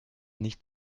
nicht